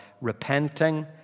repenting